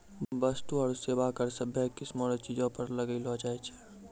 वस्तु आरू सेवा कर सभ्भे किसीम रो चीजो पर लगैलो जाय छै